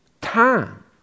Time